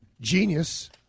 genius